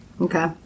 Okay